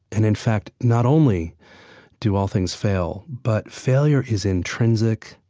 and in fact not only do all things fail, but failure is intrinsic,